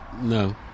No